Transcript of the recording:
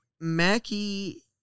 Mackie